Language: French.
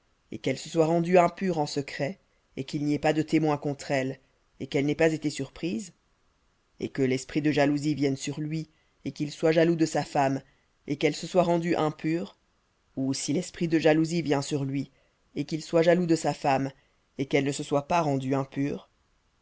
et qu'elle se soit rendue impure en secret et qu'il n'y ait pas de témoin contre elle et qu'elle n'ait pas été surprise et que l'esprit de jalousie vienne sur lui et qu'il soit jaloux de sa femme et qu'elle se soit rendue impure ou si l'esprit de jalousie vient sur lui et qu'il soit jaloux de sa femme et qu'elle ne se soit pas rendue impure